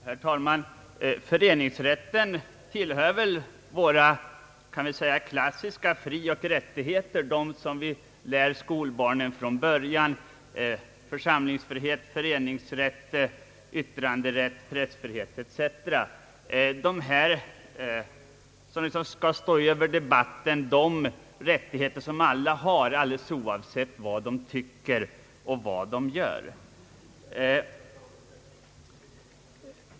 Herr talman! Föreningsrätten hör till våra klassiska frioch rättigheter, de som vi lär skolbarnen — församlingsfrihet, föreningsrätt, yttrandefrihet etc. Det är rättigheter som alla har och som gäller oavsett vad de tycker och vad de gör.